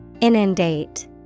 inundate